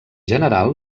general